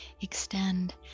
extend